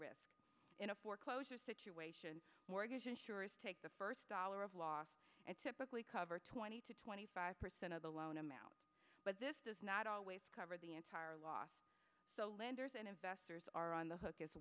risk in a foreclosure situation mortgage insurance take the first dollar of loss and typically cover twenty to twenty five percent of the loan amount but this does not always cover the entire loss so lenders and investors are on the hook as